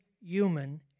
human